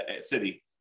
city